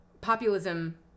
populism